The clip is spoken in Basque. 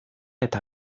eta